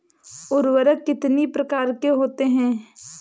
उर्वरक कितनी प्रकार के होते हैं?